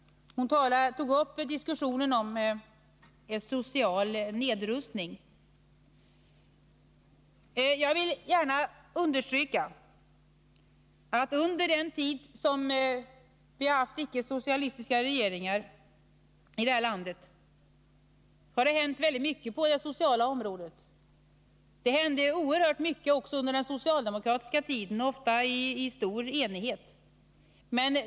Hon tog upp diskussionen om en social nedrustning. Jag vill understryka att under den tid som vi har haft icke-socialistiska regeringar i det här landet har det hänt väldigt mycket på det sociala området. Det hände oerhört mycket också under den socialdemokratiska tiden, ofta i stor enighet.